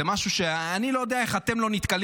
זה משהו שאני לא יודע איך אתם לא נתקלים